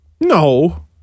No